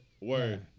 word